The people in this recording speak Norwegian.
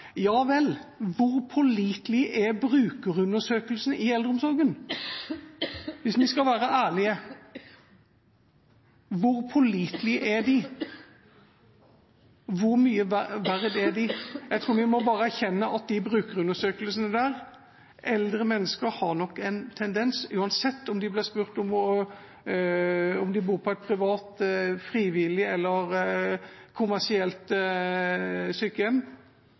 Ja vel, hvor pålitelige er brukerundersøkelsene i eldreomsorgen? Hvis vi skal være ærlige, hvor pålitelige er de? Jeg tror vi bare må erkjenne når det gjelder disse brukerundersøkelsene: Eldre mennesker har nok en tendens til når de blir spurt – uansett om de bor på et privat drevet av frivillige eller et kommersielt